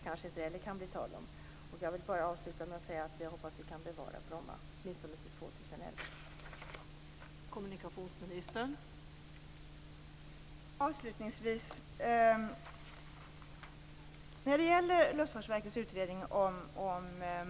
Jag vill bara sluta med att säga att jag hoppas att vi kan bevara Bromma, åtminstone till 2011.